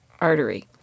artery